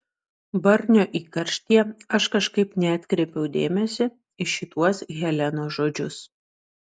barnio įkarštyje aš kažkaip neatkreipiau dėmesio į šituos helenos žodžius